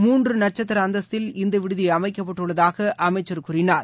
மூன்று நட்சத்திர அந்தஸ்தில் இந்த விடுதி அமைக்கப்பட்டுள்ளதாக அமைச்சர் கூறினார்